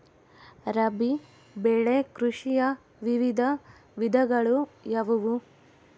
ರಾಬಿ ಬೆಳೆ ಕೃಷಿಯ ವಿವಿಧ ವಿಧಗಳು ಯಾವುವು?